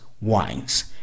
wines